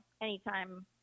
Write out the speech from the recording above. anytime